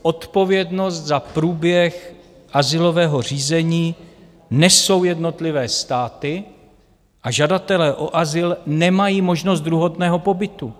Odpovědnost za průběh azylového řízení nesou jednotlivé státy a žadatelé o azyl nemají možnost druhotného pobytu.